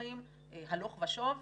מסמכים הלוך ושוב ולעתים,